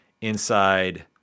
inside